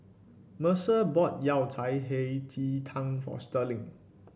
Mercer bought Yao Cai Hei Ji Tang for Sterling